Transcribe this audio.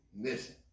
Listen